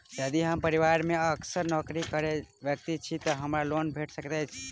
यदि हम परिवार मे असगर नौकरी करै वला व्यक्ति छी तऽ हमरा लोन भेट सकैत अछि?